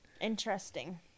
Interesting